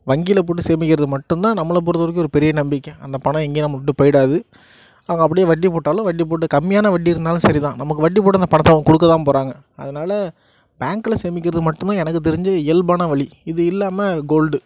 வங்கியில போட்டு சேமிக்கிறது மட்டும்தான் நம்மளை பொறுத்த வரைக்கும் பெரிய நம்பிக்கை அந்த பணம் எங்கேயும் நம்மளை விட்டு போயிவிடாது அவங்க அப்படியே வட்டி போட்டாலும் வட்டி போட்டு கம்மியான வட்டி இருந்தாலும் சரி தான் நமக்கு வண்டி போட்டு அந்த பணத்தை கொடுக்க தான் போகறாங்க அதனால பேங்க்கில சேமிக்கிறது மட்டும்தான் எனக்கு தெரிஞ்சு இயல்பான வழி இது இல்லாம கோல்டு